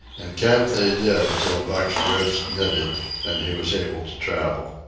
and camp they did, till buck's ribs knitted and he was able to travel.